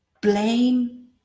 blame